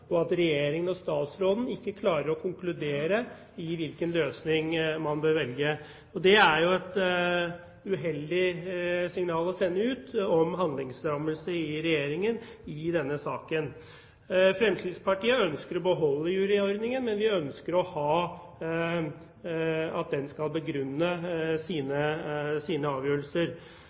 og at Regjeringen og statsråden ikke klarer å konkludere med hensyn til hvilken løsning man bør velge. Det er jo et uheldig signal å sende ut om handlingslammelse i Regjeringen i denne saken. Fremskrittspartiet ønsker å beholde juryordningen, men vi ønsker at juryen skal begrunne sine avgjørelser,